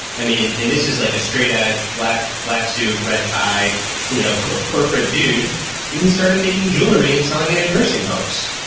i mean, and this is like a straight edge, black black suit, red tie you know corporate dude, and he started making jewelry and selling it in nursing homes.